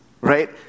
right